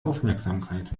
aufmerksamkeit